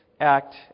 act